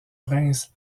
prince